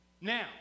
now